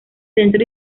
centro